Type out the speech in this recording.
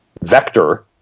vector